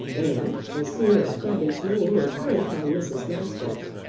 and as soon as scrobby's name was heard by mrs. masters,